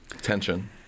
tension